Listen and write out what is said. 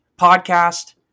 podcast